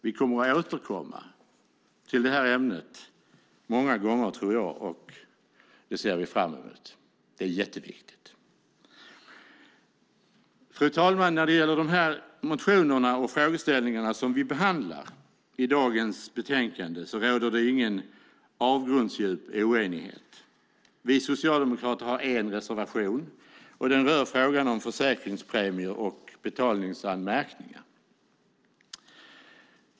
Vi kommer att återkomma till det ämnet många gånger, och det ser vi fram emot. Det är jätteviktigt. Fru talman! När det gäller de motioner och frågeställningar som vi behandlar i det betänkande som behandlas i dag råder det ingen avgrundsdjup oenighet. Vi socialdemokrater har en reservation. Den rör frågan om försäkringspremier och betalningsanmärkningar.